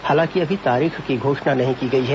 हालांकि अभी तारीख की घोषणा नहीं की गई है